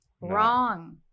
Wrong